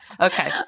okay